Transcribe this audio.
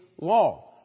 law